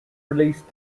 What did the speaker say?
released